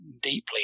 deeply